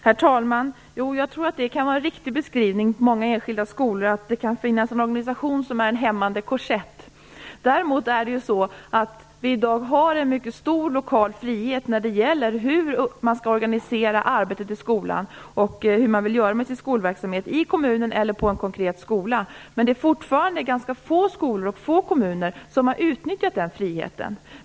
Herr talman! Jag tror att det kan vara en riktig beskrivning av många enkilda skolor. Det kan finnas en organisation som är en hämmande korsett. Däremot har vi i dag en mycket stor lokal frihet när det gäller att organisera arbetet i skolan och skolverksamheten i kommunen eller på en konkret skola. Men det är fortfarande ganska få skolor och kommuner som utnyttjat den friheten.